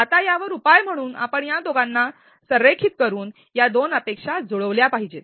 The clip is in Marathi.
आता यावर उपाय म्हणून आपण या दोघांना संरेखित करून या दोन अपेक्षा जुळवल्या पाहिजेत